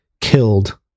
killed